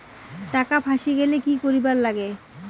টাকা ফাঁসি গেলে কি করিবার লাগে?